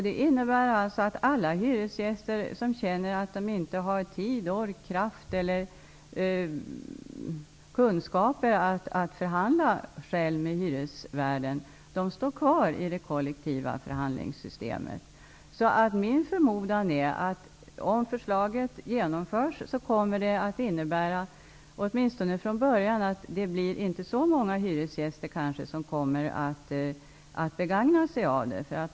Det innebär att alla hyresgäster som känner att de inte har tid, ork, kraft eller kunskap att förhandla själv med hyresvärden står kvar i det kollektiva förhandlingssystemet. Min förmodan är att om förslaget genomförs kommer det att innebära, åtminstone i början, att det inte blir så många hyresgäster som kommer att begagna sig av detta.